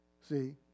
See